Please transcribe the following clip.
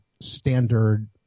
standard